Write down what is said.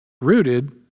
rooted